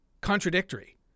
Contradictory